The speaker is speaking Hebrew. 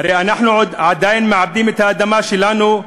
הרי אנחנו עדיין מעבדים את האדמה שלנו,